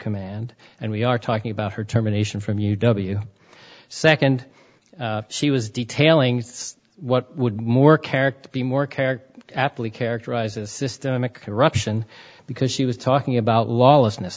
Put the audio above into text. command and we are talking about her terminations from u w second she was detailing what would more characters be more character aptly characterize a system of corruption because she was talking about lawlessness